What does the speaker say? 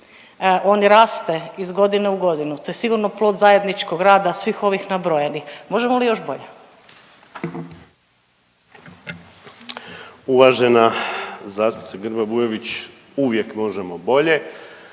On raste iz godine u godinu, to je sigurno plod zajedničkog rada svih ovih nabrojanih. Možemo li još bolje? **Piletić, Marin (HDZ)** Uvažena zastupnice Grba-Bujević. Uvijek možemo bolje.